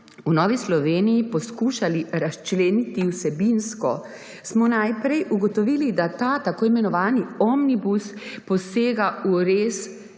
v Novi Sloveniji poskušali razčleniti vsebinsko smo najprej ugotovili, da ta tako imenovani omnibus posega v res